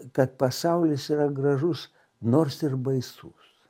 kad pasaulis yra gražus nors ir baisus